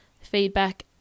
feedback